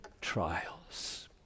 trials